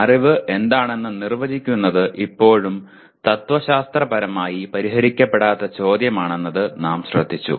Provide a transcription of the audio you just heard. അറിവ് എന്താണെന്ന് നിർവചിക്കുന്നത് ഇപ്പോഴും തത്വശാസ്ത്രപരമായി പരിഹരിക്കപ്പെടാത്ത ചോദ്യമാണെന്ന് നാം ശ്രദ്ധിച്ചു